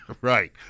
Right